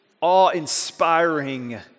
awe-inspiring